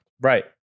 Right